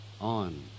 On